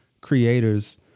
creators